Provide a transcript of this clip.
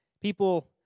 People